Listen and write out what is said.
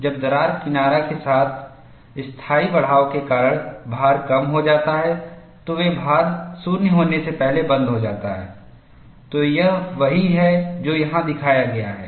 जब दरार किनारा के स्थायी बढ़ाव के कारण भार कम हो जाता है तो वे भार 0 होने से पहले बंद हो जाता है तो यह वही है जो यहां दिखाया गया है